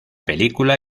película